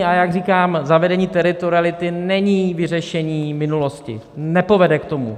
A jak říkám, zavedení teritoriality není vyřešení minulosti, nepovede k tomu.